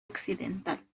occidental